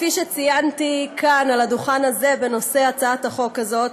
כפי שציינתי כאן על הדוכן הזה בנושא הצעת החוק הזאת,